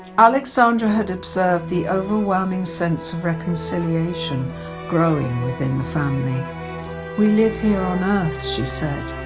alexandra had observed the overwhelming sense of reconciliation growing within the family we live here on earth, she said,